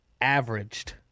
averaged